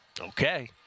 Okay